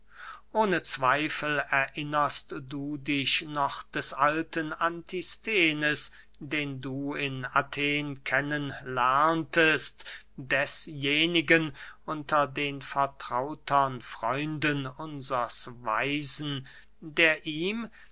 ohne zweifel erinnerst du dich noch des alten antisthenes den du in athen kennen lerntest desjenigen unter den vertrautern freunden unsers weisen der ihm